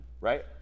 right